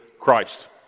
Christ